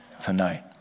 tonight